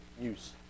use